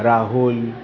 Rahul